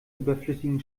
überflüssigen